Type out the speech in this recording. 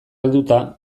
helduta